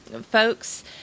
folks